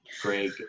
greg